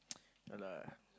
ya lah